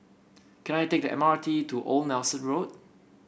can I take the M R T to Old Nelson Road